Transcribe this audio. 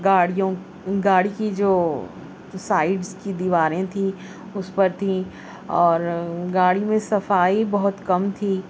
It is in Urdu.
گاڑیوں گاڑی کی جو سائڈس کی دیواریں تھی اس پر تھی اور گاڑی میں صفائی بہت کم تھی